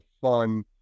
fun